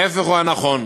ההפך הוא הנכון.